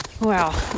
Wow